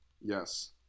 Yes